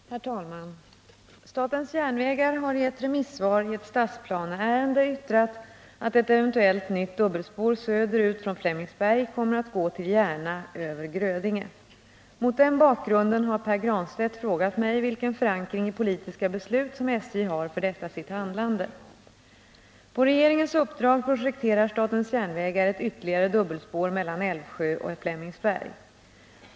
Herr talman! Statens järnvägar har i ett remissvar i ett stadsplaneärende yttrat att ett eventuellt nytt dubbelspår söderut från Flemingsberg kommer att gå till Järna över Grödinge. Mot den bakgrunden har Pär Granstedt frågat mig vilken förankring i politiska beslut som SJ har för detta sitt handlande. På regeringens uppdrag projekterar statens järnvägar ytterligare ett dubbelspår mellan Älvsjö och Flemingsberg.